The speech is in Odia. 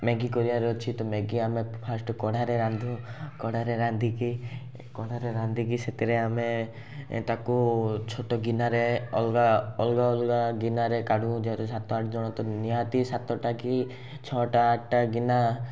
ମ୍ୟାଗି କରିବାର ଅଛି ତ ମ୍ୟାଗି ଆମେ ଫାଷ୍ଟ କଢ଼ାରେ ରାନ୍ଧୁ କଢ଼ାରେ ରାନ୍ଧିକି କଢ଼ାରେ ରାନ୍ଧିକି ସେଥିରେ ଆମେ ତାକୁ ଛୋଟ ଗିନାରେ ଅଲଗା ଅଲଗା ଅଲଗା ଗିନାରେ କାଢ଼ୁ ଯେହେତୁ ସାତ ଆଠ ଜଣ ତ ନିହାତି ସାତଟା କି ଛଅଟା ଆଠଟା ଗିନା